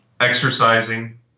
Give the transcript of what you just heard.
exercising